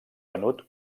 venut